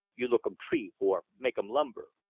you look um tree, for make um lumber.